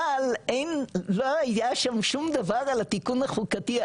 אבל לא היה שם שום דבר על התיקון החוקתי,